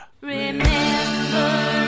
Remember